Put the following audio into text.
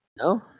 No